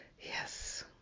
Yes